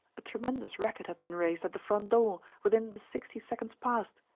a tremendous racket had been raised at the front door, within the sixty seconds past!